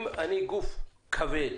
אם אני גוף כבד